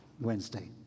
Wednesday